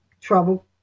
trouble